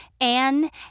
Anne